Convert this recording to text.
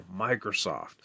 Microsoft